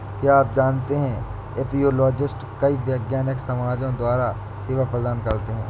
क्या आप जानते है एपियोलॉजिस्ट कई वैज्ञानिक समाजों द्वारा सेवा प्रदान करते हैं?